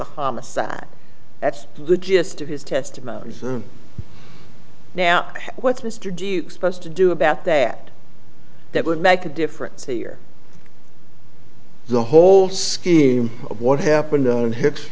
a homicide that's the gist of his testimony now what's mr duke supposed to do about that that would make a difference here the whole scheme of what happened on hi